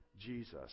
Jesus